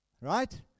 Right